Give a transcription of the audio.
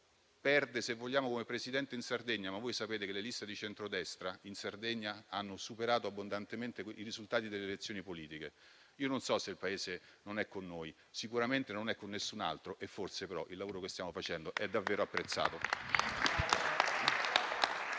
perde, se vogliamo, come Presidente in Sardegna, ma voi sapete che le liste di centrodestra in Sardegna hanno superato abbondantemente i risultati delle elezioni politiche. Io non so se il Paese non è con noi; sicuramente non è con nessun altro e forse, però, il lavoro che stiamo facendo è davvero apprezzato.